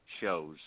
shows